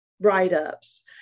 write-ups